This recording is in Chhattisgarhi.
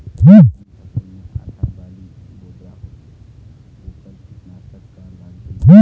धान फसल मे आधा बाली बोदरा होथे वोकर कीटनाशक का लागिही?